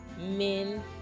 Men